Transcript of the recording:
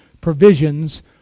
provisions